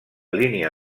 línia